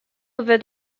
over